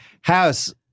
House